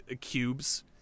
cubes